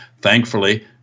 Thankfully